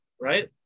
Right